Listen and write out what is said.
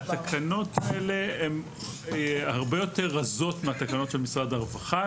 התקנות האלה הן הרבה יותר רזות מהתקנות של משרד הרווחה.